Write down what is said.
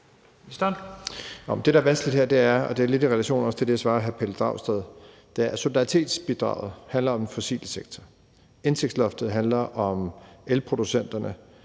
det, der er vanskeligt her – og det er også lidt i relation til det, jeg svarede hr. Pelle Dragsted – er, at solidaritetsbidraget handler om den fossile sektor, og at indtægtsloftet handler om elproducenterne,